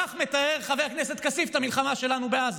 כך מתאר חבר הכנסת כסיף את המלחמה שלנו בעזה.